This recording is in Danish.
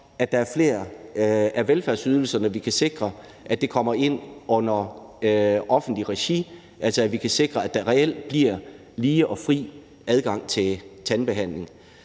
at der er flere af velfærdsydelserne, vi kan sikre kommer ind under offentligt regi, altså at vi kan sikre, at der reelt bliver lige og fri adgang til tandbehandling.